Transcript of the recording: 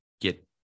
get